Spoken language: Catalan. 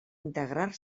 integrar